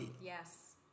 Yes